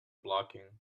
blocking